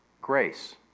grace